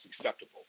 acceptable